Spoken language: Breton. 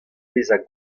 bezañ